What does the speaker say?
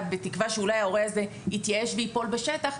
בתקווה שאולי ההורה הזה יתייאש וייפול בשטח,